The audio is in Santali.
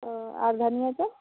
ᱚ ᱫᱷᱚᱱᱤᱭᱟᱹ ᱪᱚᱯ